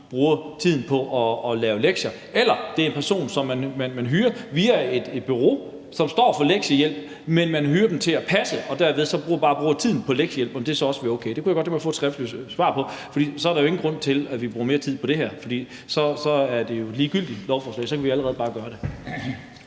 om det så også vil være okay, hvis det er en person, som man hyrer via et bureau, som står for lektiehjælp, men som man hyrer til at passe børn, og vedkommende så bare bruger tiden på lektiehjælp. Det kunne jeg godt tænke mig at få et skriftligt svar på, for så er der jo ingen grund til, at vi bruger mere tid på det her. Så er det et ligegyldigt beslutningsforslag, hvis vi allerede bare kan gøre det.